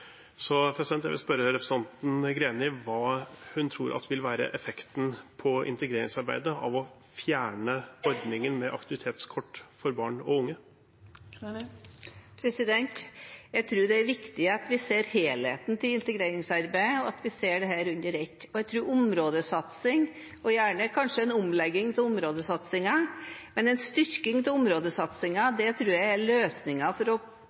Så jeg vil spørre representanten Greni om hvilken effekt hun tror det å fjerne ordningen med aktivitetskort for barn og unge vil ha på integreringsarbeidet. Jeg tror det er viktig at vi ser helheten i integreringsarbeidet, og at vi ser dette under ett. Jeg tror områdesatsing – og gjerne kanskje en omlegging av områdesatsingen, men iallfall en styrking av den – er løsningen for å